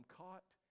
caught